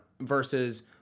versus